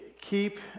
Keep